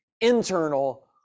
internal